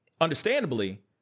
understandably